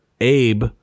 Abe